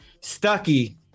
Stucky